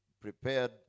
prepared